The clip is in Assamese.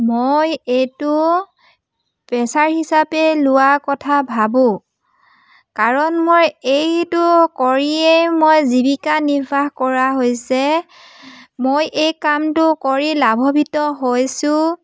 মই এইটো পেচা হিচাপে লোৱা কথা ভাবোঁ কাৰণ মই এইটো কৰিয়েই মই জীৱিকা নিৰ্বাহ কৰা হৈছে মই এই কামটো কৰি লাভৱিত হৈছোঁ